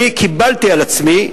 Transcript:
אני קיבלתי על עצמי,